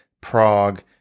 Prague